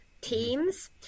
teams